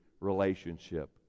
relationship